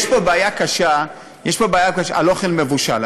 יש פה בעיה קשה עם אוכל מבושל.